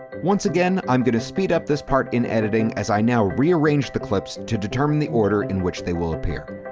once again, i'm going to speed up this part in editing as i now rearrange the clips to determine the order in which they will appear.